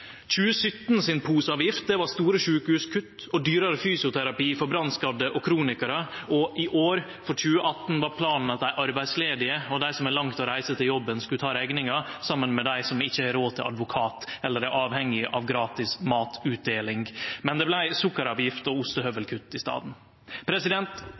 2017 var store sjukehuskutt og dyrare fysioterapi for brannskadde og kronikarar, og i år var planen for 2018 at dei arbeidsledige og dei som har langt å reise til jobben, skulle ta rekninga saman med dei som ikkje har råd til advokat eller er avhengige av gratis matutdeling. Men det vart sukkeravgift og